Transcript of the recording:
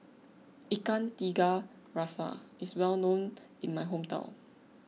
Ikan Tiga Rasa is well known in my hometown